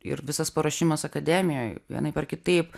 ir visas paruošimas akademijoj vienaip ar kitaip